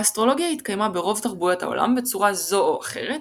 האסטרולוגיה התקיימה ברוב תרבויות העולם בצורה זו או אחרת,